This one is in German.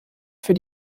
für